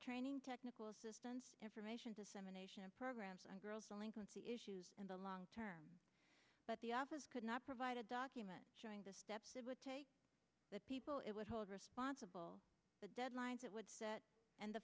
training technical assistance information dissemination of programs on girls delinquency issues and the long term but the office could not provide a document showing the steps it would take the people it would hold responsible the deadlines it would set and the